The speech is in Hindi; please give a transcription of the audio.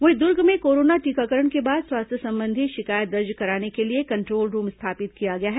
वहीं दुर्ग में कोरोना टीकाकरण के बाद स्वास्थ्य संबंधी शिकायत दर्ज कराने के लिए कंट्रोल रूम स्थापित किया गया है